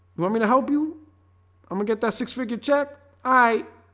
want me to help you i'm gonna get that six-figure check i